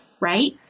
right